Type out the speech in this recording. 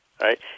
Right